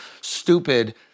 stupid—